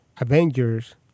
avengers